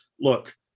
look